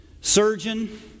Surgeon